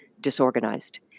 disorganized